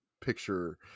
picture